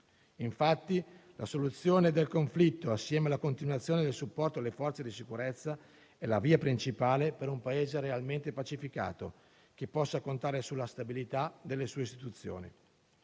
Infatti la soluzione del conflitto, assieme alla continuazione del supporto alle forze di sicurezza, è la via principale per un Paese realmente pacificato, che possa contare sulla stabilità delle sue istituzioni.